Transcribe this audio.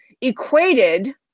equated